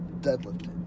deadlifting